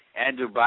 Andrew